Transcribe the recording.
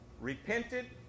repented